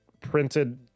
printed